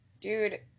dude